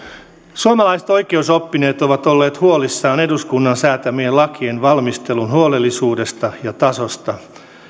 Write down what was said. suomalaiset oikeusoppineet ovat olleet huolissaan eduskunnan säätämien lakien valmistelun huolellisuudesta ja tasosta